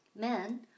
Men